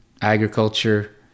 agriculture